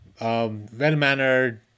well-mannered